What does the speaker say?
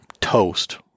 toast